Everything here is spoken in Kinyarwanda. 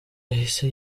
yahise